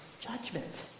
judgment